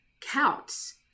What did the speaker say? counts